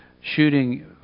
shooting